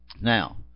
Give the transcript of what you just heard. Now